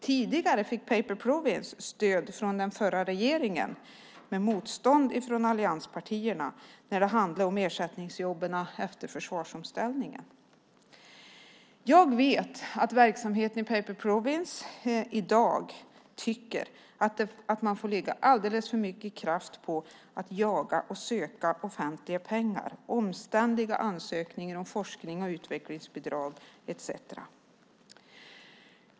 Tidigare fick Paper Province stöd från den förra regeringen men motstånd från allianspartierna när det handlade om ersättningsjobben efter försvarsomställningen. Jag vet att verksamheten Paper Province i dag tycker att man får lägga alldeles för mycket kraft på att jaga och söka offentliga pengar och på omständliga ansökningar om forsknings och utvecklingsbidrag etcetera.